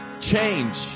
Change